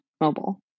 mobile